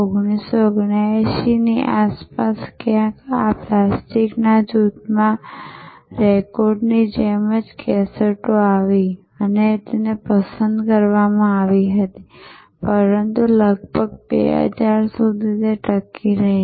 1979 ની આસપાસ ક્યાંક આ પ્લાસ્ટિકના જૂથના રેકોર્ડની જેમ જ કેસેટો આવી અને પસંદ કરવામાં આવી પરંતુ લગભગ 2000 સુધી તે ટકી રહી